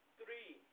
three